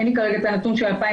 אין לי כרגע את הנתון של 2020,